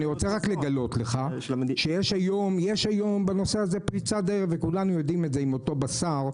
אני רוצה לגלות לך שיש היום פריצת דרך עם אותו בשר,